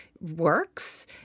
works